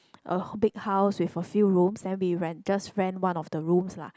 a big house with a few rooms and we rent just rent one of the rooms lah